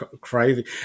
crazy